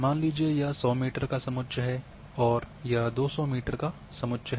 मान लीजिए कि यह 100 मीटर का समुच्च है तो यह 200 मीटर का समुच्च है